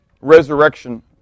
resurrection